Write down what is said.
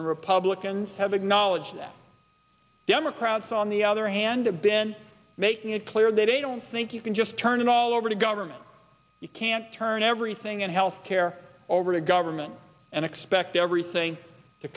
and republicans have acknowledged that democrats on the other hand have been making it clear they don't think you can just turn it all over to government you can't turn everything in health care over to government and expect everything to